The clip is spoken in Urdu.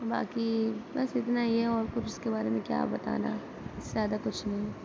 باقی بس اتنا ہی ہے اور کچھ اس کے بارے میں کیا بتانا زیادہ کچھ نہیں